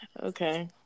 Okay